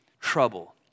trouble